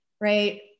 right